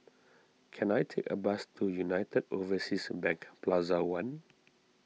can I take a bus to United Overseas Bank Plaza one